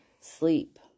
sleep